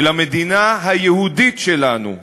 של המדינה היהודית שלנו,